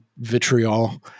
vitriol